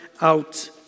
out